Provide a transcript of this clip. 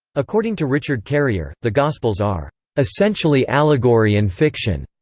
according to richard carrier, the gospels are essentially allegory and fiction.